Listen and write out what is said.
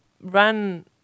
run